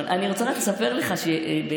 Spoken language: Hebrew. אני רוצה רק לספר לך שב-1992,